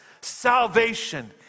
salvation